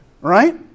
Right